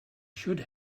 should